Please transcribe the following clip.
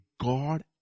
God